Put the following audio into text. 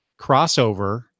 crossover